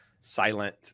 silent